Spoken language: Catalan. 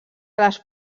les